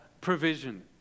provision